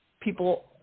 people